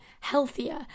healthier